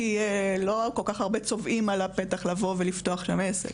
כי לא כל כך הרבה צובאים על הפתח לבוא ולפתוח שם עסק.